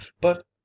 But